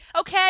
okay